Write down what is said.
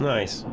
Nice